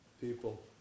people